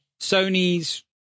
Sony's